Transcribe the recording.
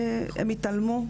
הם התעלמו.